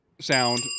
sound